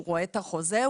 הוא רואה את החוזה,